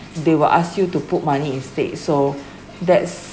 they will ask you to put money instead so that's